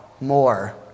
more